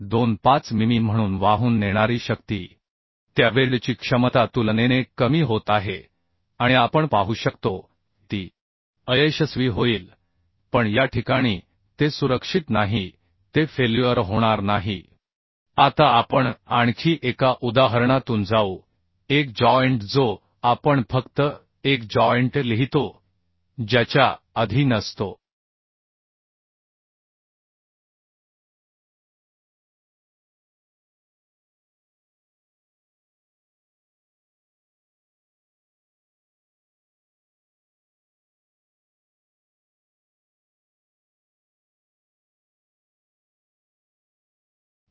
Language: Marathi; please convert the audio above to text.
25 मिमी म्हणून वाहून नेणारी शक्ती त्या वेल्डची क्षमता तुलनेने कमी होत आहे आणि आपण पाहू शकतो की ती अयशस्वी होईल पण या ठिकाणी ते सुरक्षित नाही ते फेल्युअर होणार नाही आता आपण आणखी एका उदाहरणातून जाऊ एक जॉइंट जो आपण फक्त एक जॉइंट लिहितो ज्याच्या अधीन असतो